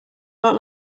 lot